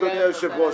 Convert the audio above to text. אדוני היושב-ראש,